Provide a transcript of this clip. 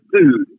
food